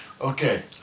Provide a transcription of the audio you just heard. Okay